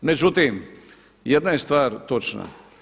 Međutim, jedna je stvar točna.